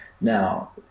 Now